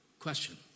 Question